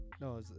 No